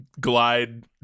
glide